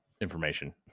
information